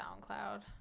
SoundCloud